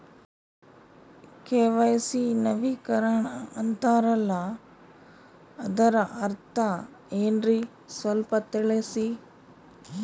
KYC ನವೀಕರಣ ಅಂತಾರಲ್ಲ ಅದರ ಅರ್ಥ ಏನ್ರಿ ಸ್ವಲ್ಪ ತಿಳಸಿ?